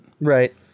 Right